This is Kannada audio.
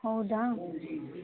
ಹೌದಾ